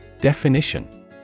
Definition